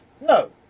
No